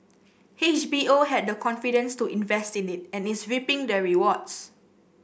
H B O had the confidence to invest in it and is reaping the rewards